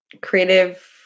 creative